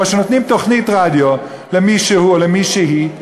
או שנותנים תוכנית רדיו למישהו או למישהי,